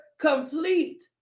complete